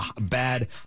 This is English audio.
bad